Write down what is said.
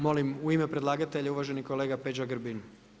Molim u ime predlagatelja uvaženi kolega Peđa Grbin.